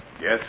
Yes